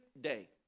day